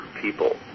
people